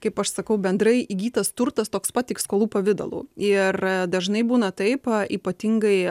kaip aš sakau bendrai įgytas turtas toks pat tik skolų pavidalu ir dažnai būna taip ypatingai